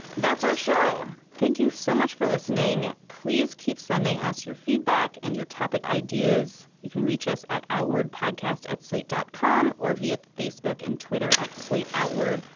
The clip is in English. that's our show. thank you so much for listening. please keep sending us your feedback and your topic ideas. you can reach us at outward podcast at slate dot com or via facebook and twitter at slate outward.